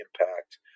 impact